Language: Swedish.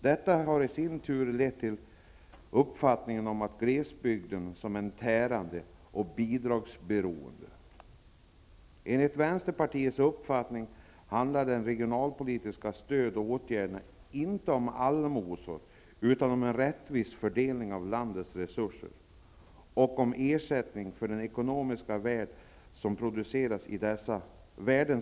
Detta har i sin tur lett till uppfattningen att glesbygden är tärande och bidragsberoende. Enligt den uppfattning som vi i Vänsterpartiet har handlar de regionalpolitiska stöden och åtgärderna inte om allmosor utan om en rättvis fördelning av landets resurser och om en ersättning för de ekonomiska värden som produceras i nämnda områden.